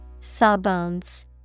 Sawbones